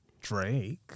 Drake